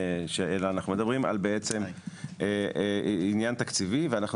אלא אנחנו מדברים על עניין תקציבי ואנחנו